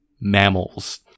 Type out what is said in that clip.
mammals